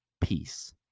Peace